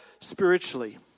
spiritually